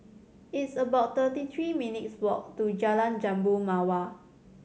it's about thirty three minutes' walk to Jalan Jambu Mawar